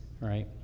right